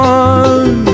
one